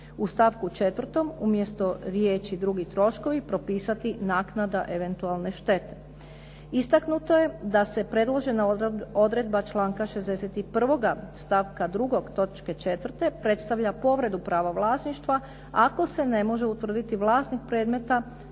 U stavku 4. umjesto riječi "drugi troškovi", propisati "naknada eventualne štete". Istaknuto je da se predložena odredba članka 61. stavka 2. točke 4. predstavlja povredu prava vlasništva, ako se ne može utvrditi vlasnik predmeta,